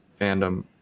fandom